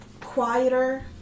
quieter